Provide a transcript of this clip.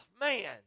man